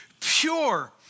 pure